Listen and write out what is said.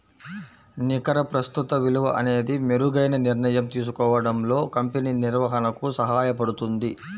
నికర ప్రస్తుత విలువ అనేది మెరుగైన నిర్ణయం తీసుకోవడంలో కంపెనీ నిర్వహణకు సహాయపడుతుంది